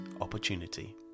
opportunity